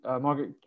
Margaret